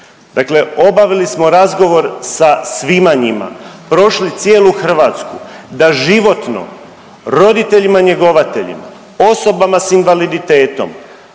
Dakle obavili smo razgovor sa svima njima i prošli cijelu Hrvatsku da životno roditeljima njegovateljima, osobama s invaliditetom,